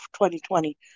2020